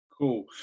Cool